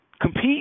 Compete